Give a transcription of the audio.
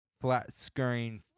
flat-screen